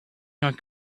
not